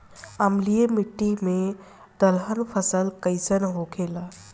अम्लीय मिट्टी मे दलहन फसल कइसन होखेला?